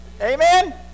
amen